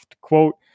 Quote